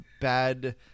bad